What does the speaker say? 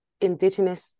indigenous